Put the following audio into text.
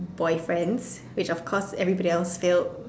boyfriends which of course everybody else failed